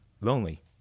lonely